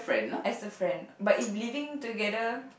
as a friend but if living together